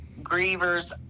grievers